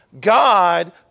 God